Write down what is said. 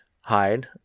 hide